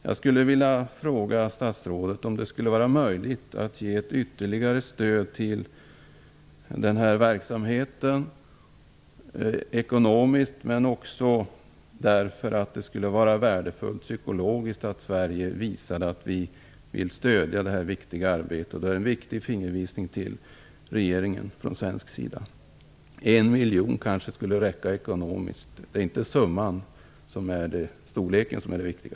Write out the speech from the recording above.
Jag skulle vilja fråga statsrådet om det skulle vara möjligt att ge ytterligare ekonomiskt stöd till den här verksamheten. Det skulle också vara psykologiskt värdefullt att Sverige visade att vi vill stödja detta viktiga arbete. Det vore en viktig fingervisning till Turkiets regering från svensk sida. En miljon kanske skulle räcka -- det är inte storleken som är det viktiga.